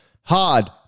hard